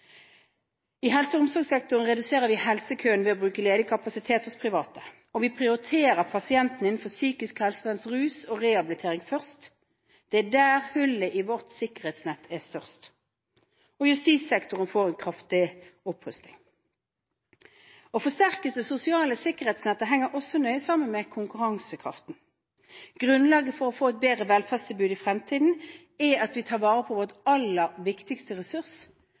I helse- og omsorgssektoren reduserer vi helsekøene ved å bruke ledig kapasitet hos private, og vi prioriterer pasientene innenfor psykisk helsevern, rus og rehabilitering først. Det er der hullet i vårt sikkerhetsnett er størst. Og justissektoren får en kraftig opprustning. Å forsterke det sosiale sikkerhetsnettet henger også nøye sammen med konkurransekraften. Grunnlaget for å få et bedre velferdstilbud i fremtiden er at vi tar vare på vår aller viktigste ressurs,